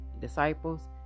disciples